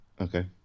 Okay